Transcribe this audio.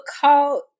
called